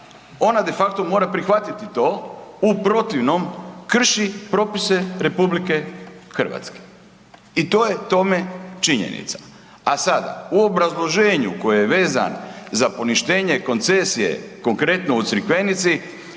ona de facto mora prihvatiti to, u protivnom krši propise RH. I to je tome činjenica. A sada, u obrazloženju koje je vezano za poništenje koncesije konkretno u Crikvenici,